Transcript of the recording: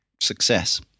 success